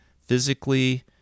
physically